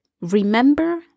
Remember